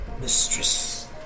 Mistress